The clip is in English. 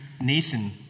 Nathan